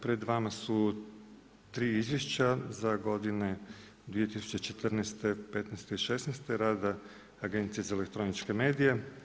Pred nama su tri izvješća za godine 2014., 2015., i 2016. rada Agencije za elektroničke medije.